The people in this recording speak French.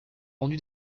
rendu